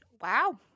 Wow